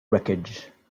wreckage